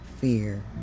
fear